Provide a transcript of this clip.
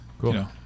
cool